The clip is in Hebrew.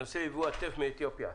הנושא: יבוא הטף מאתיופיה.